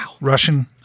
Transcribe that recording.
Russian